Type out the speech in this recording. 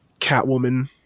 Catwoman